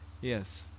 Yes